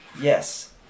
Yes